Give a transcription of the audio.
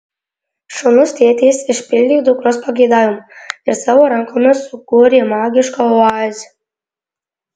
šaunus tėtis išpildė dukros pageidavimą ir savo rankomis sukūrė magišką oazę